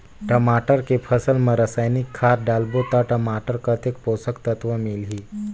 टमाटर के फसल मा रसायनिक खाद डालबो ता टमाटर कतेक पोषक तत्व मिलही?